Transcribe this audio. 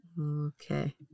Okay